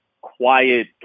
quiet